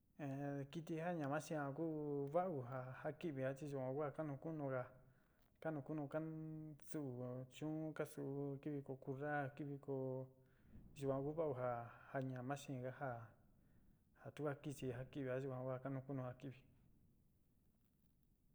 kɨtɨ ja ñama xeen a ku va'u ja ja kɨvi a chi yuan ku a kaá nuú kunuga kanuku kan su chuún ka sú kivikoy corral kiviko yuan ku va'u ja ñama xeén ja ja ja tu ka kixi ja kɨvi yuan ku a kanukuu a kɨvi.